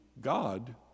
God